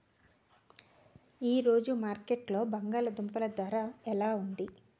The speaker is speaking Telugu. ఈ రోజు మార్కెట్లో బంగాళ దుంపలు ధర ఎలా ఉంది?